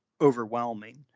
overwhelming